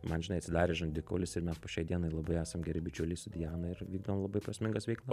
man žinai atsidarė žandikaulis ir mes po šiai dienai labai esam geri bičiuliai su diana ir vykdom labai prasmingas veiklas